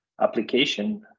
application